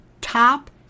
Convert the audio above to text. top